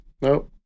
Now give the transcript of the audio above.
no